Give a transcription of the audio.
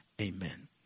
amen